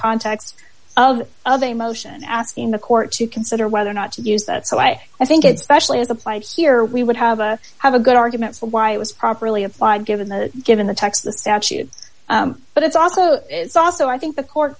context of of a motion asking the court to consider whether or not to use that so i think it specially as applied here we would have a have a good argument for why it was properly applied given the given the text the statute but it's also it's also i think the court